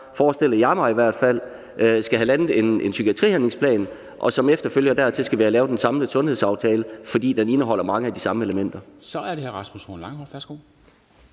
forestiller jeg mig i hvert fald – skal have landet en psykiatrihandlingsplan, og som efterfølger til den skal vi have lavet en samlet sundhedsaftale. For den indeholder mange af de samme elementer. Kl. 10:57 Formanden (Henrik